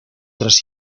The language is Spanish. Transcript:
tres